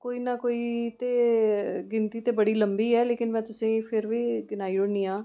कोई ना कोई ते गिनती ते बड़ी लम्मी ऐ लेकिन में तुसेंगी फिर बी गिनाई ओड़नी आं